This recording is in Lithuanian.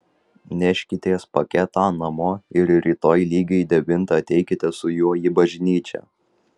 neškitės paketą namo ir rytoj lygiai devintą ateikite su juo į bažnyčią